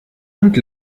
und